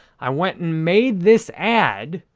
i went and made this ad.